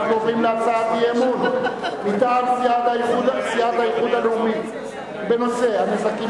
אנחנו עוברים להצעת אי-אמון מטעם סיעת האיחוד הלאומי בנושא: הנזקים